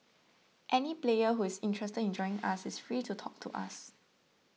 any player who is interested in joining us is free to talk to us